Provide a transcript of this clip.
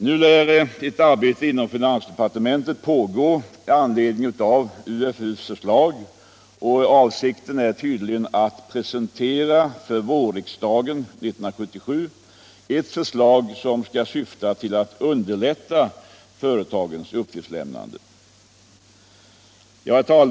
Nu lär ett arbete inom finansdepartementet pågå med an = Företagens uppledning av UFU:s förslag, och avsikten är tydligen att presentera vår — giftsskyldighet riksdagen 1977 ett förslag som skall syfta till att underlätta företagens uppgiftslämnande.